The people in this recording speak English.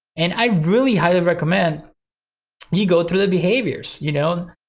and i really highly recommend you go through the behaviors, you know,